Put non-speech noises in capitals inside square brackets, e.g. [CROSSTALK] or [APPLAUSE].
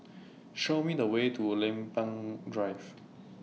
Show Me The Way to Lempeng Drive [NOISE]